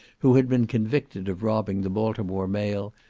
who had been convicted of robbing the baltimore mail,